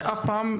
ואף פעם,